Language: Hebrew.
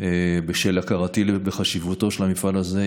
בשל הכרתי בחשיבותו של המפעל הזה,